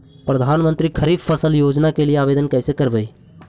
प्रधानमंत्री खारिफ फ़सल योजना के लिए आवेदन कैसे करबइ?